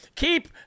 Keep